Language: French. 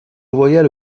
voyelle